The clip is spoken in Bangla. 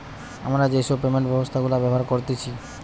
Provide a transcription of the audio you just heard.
আমরা যেই সব পেমেন্ট ব্যবস্থা গুলা ব্যবহার করতেছি